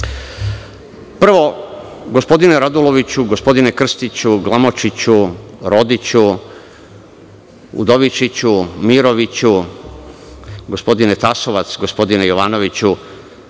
sada. Prvo, gospodine Raduloviću, gospodine Krstiću, Glamočiću, Rodiću, Udovičiću, Miroviću, gospodine Tasovac, gospodine Jovanoviću,